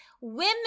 Women